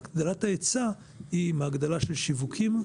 הגדלת ההיצע היא מההגדלה של שיווקים,